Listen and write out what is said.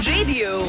Radio